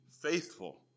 faithful